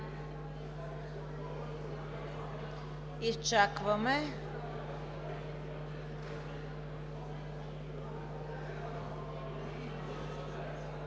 Изчакваме,